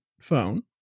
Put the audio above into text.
phone